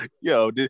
yo